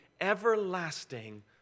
everlasting